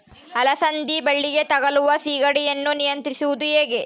ಅಲಸಂದಿ ಬಳ್ಳಿಗೆ ತಗುಲುವ ಸೇಗಡಿ ಯನ್ನು ನಿಯಂತ್ರಿಸುವುದು ಹೇಗೆ?